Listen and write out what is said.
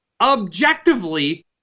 Objectively